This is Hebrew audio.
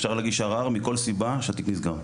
אפשר להגיש ערר מכל סיבה שהתיק נסגר.